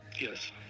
Yes